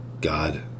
God